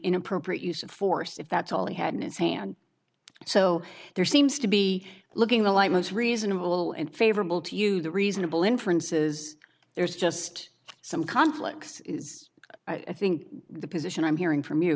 inappropriate use of force if that's all he had in his hand so there seems to be looking a like most reasonable and favorable to you the reasonable inferences there's just some conflicts i think the position i'm hearing from you